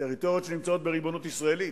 שנמצאות בריבונות ישראלית,